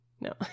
No